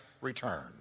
return